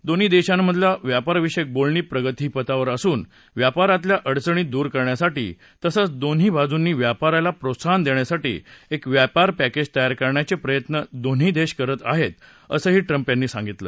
दोन्ही देशांमधे व्यापारविषयक बोलणी प्रगतिपथावर असून व्यापारातल्या अडचणी दूर करण्यासाठी तसंच दोन्ही बाजूनी व्यापाराला प्रोत्साहन देण्यासाठी एक व्यापार पँकेज तयार करण्याचे प्रयत्न दोन्ही देश करत आहेत असं ट्रंप यांनी सांगितलं